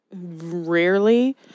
rarely